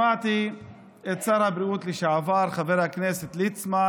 שמעתי את שר הבריאות לשעבר חבר הכנסת ליצמן.